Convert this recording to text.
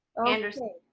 anderson.